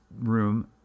room